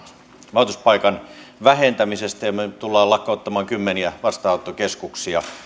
majoituspaikan vähentämisestä ja me tulemme lakkauttamaan kymmeniä vastaanottokeskuksia